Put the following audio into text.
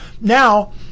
Now